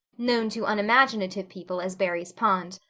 known to unimaginative people as barry's pond.